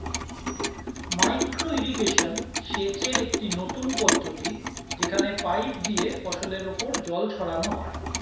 micro irrigation সেচের একটি নতুন পদ্ধতি যেখানে পাইপ দিয়ে ফসলের উপর জল ছড়ানো হয়